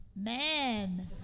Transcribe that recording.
Man